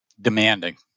demanding